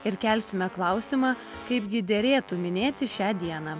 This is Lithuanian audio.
ir kelsime klausimą kaipgi derėtų minėti šią dieną